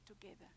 together